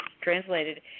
translated